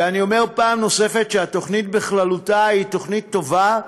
ואני אומר פעם נוספת שהתוכנית בכללותה היא תוכנית טובה,